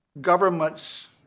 governments